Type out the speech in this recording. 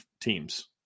teams